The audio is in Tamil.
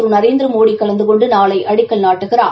திரு நரேந்திரமோடி கலந்து கொண்டு நாளை அடிக்கல் நாட்டுகிறார்